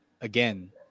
again